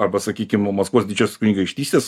arba sakykim maskvos didžiosios kunigaikštystės